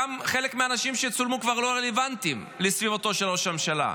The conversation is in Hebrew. חלק מהאנשים שצולמו כבר לא רלוונטיים לסביבתו של ראש הממשלה.